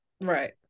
Right